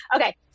Okay